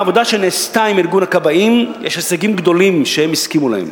בעבודה שנעשתה עם ארגון הכבאים יש הישגים גדולים שהם הסכימו להם.